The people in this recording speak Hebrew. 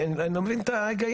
אני לא מבין את ההיגיון.